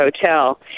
hotel